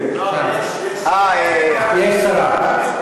יש שרה.